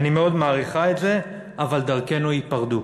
אני מאוד מעריכה את זה, אבל דרכינו ייפרדו".